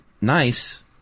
nice